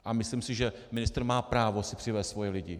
A myslím si, že ministr má právo si přivést svoje lidi.